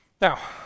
Now